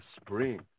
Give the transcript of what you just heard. spring